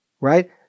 right